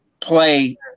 play